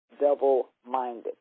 Double-minded